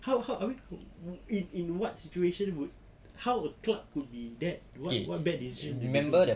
how how I mean in in what situation would how would club be that what what bad decision they can make